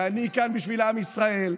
ואני כאן בשביל עם ישראל,